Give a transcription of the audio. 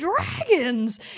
dragons